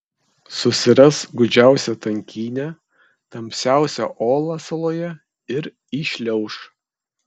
susiras gūdžiausią tankynę tamsiausią olą saloje ir įšliauš